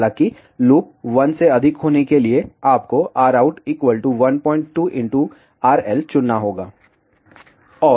हालांकि लूप 1 से अधिक होने के लिए आपको Rout 12RL चुनना होगा